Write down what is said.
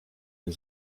nie